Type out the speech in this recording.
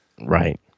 Right